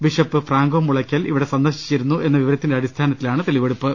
bishop Franco Mulakkal ഇവിടെ സന്ദർശിച്ചിരുന്നു എന്ന വിവരത്തിന്റെ അടിസ്ഥാനത്തിലാണ് തെളിവെടുപ്പ്